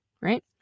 right